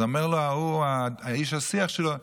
אז אומר לו איש השיח שלו: